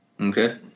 Okay